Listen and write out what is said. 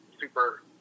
super